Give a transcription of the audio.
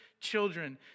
children